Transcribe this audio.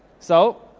so,